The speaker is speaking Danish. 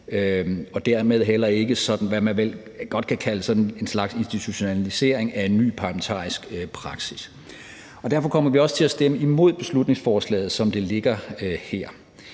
kalde for sådan en slags institutionalisering af en ny parlamentarisk praksis. Derfor kommer vi også til at stemme imod beslutningsforslaget, som det ligger her.